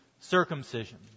Circumcision